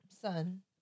Son